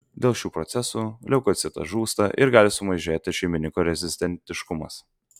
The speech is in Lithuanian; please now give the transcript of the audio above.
dėl šių procesų leukocitas žūsta ir gali sumažėti šeimininko rezistentiškumas